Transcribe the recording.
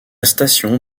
station